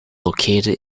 located